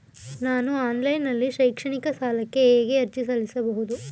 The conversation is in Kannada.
ನಾನು ಆನ್ಲೈನ್ ನಲ್ಲಿ ಶೈಕ್ಷಣಿಕ ಸಾಲಕ್ಕೆ ಹೇಗೆ ಅರ್ಜಿ ಸಲ್ಲಿಸಬಹುದು?